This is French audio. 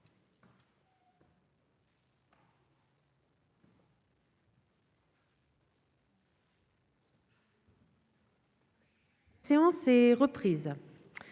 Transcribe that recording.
La séance est reprise.